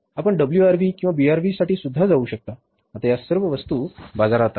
आपण WRV किंवा BRV साठी सुद्धा जाऊ शकता आता या सर्व वस्तू बाजारात आहेत